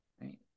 right